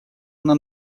она